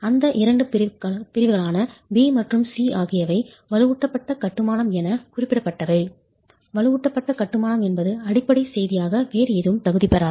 அடுத்த இரண்டு பிரிவுகளான B மற்றும் C ஆகியவை வலுவூட்டப்பட்ட கட்டுமானம் என குறிப்பிடப்பட்டவை வலுவூட்டப்பட்ட கட்டுமானம் என்பது அடிப்படை செய்தியாக வேறு எதுவும் தகுதி பெறாது